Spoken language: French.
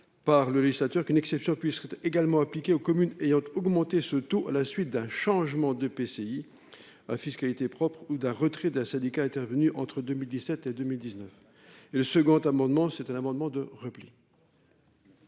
par le législateur, qu’une exception puisse être également appliquée aux communes ayant augmenté ce taux à la suite d’un changement d’EPCI à fiscalité propre ou d’un retrait d’un syndicat, intervenu entre 2017 et 2019. L’amendement n° I 1039 rectifié,